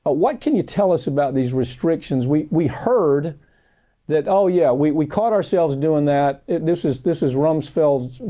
ah what can you tell us about these restrictions? we we heard that, oh yeah, we caught ourselves doing that. this is, this was rumsfeld,